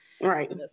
right